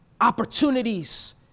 opportunities